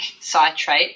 citrate